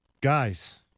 Guys